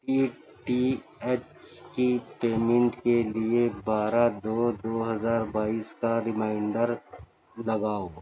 D T H کی payment کے لیے بارہ دو دو ہزار بائیس کا ریمائنڈر لگاؤ